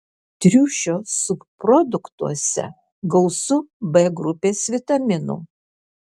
triušio subproduktuose gausu b grupės vitaminų